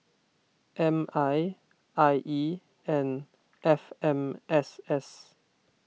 M I I E and F M S S